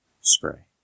spray